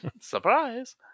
Surprise